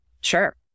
Sure